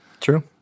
True